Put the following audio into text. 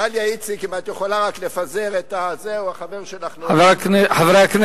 דליה איציק, אם את יכולה לפזר את, חברי הכנסת,